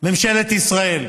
ממשלת ישראל.